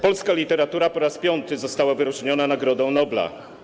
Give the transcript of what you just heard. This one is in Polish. Polska literatura po raz piąty została wyróżniona Nagrodą Nobla.